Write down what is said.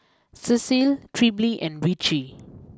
Cecilia Trilby and Richie